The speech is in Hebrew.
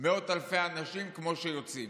מאות אלפי אנשים כמו שיוצאים.